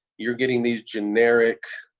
you're getting these generic,